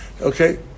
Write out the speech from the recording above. okay